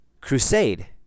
crusade